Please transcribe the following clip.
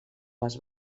les